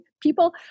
People